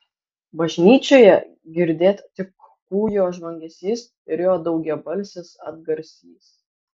bažnyčioje girdėt tik kūjo žvangesys ir jo daugiabalsis atgarsis